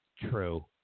True